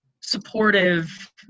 supportive